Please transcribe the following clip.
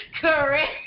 Correct